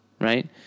right